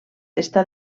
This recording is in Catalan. està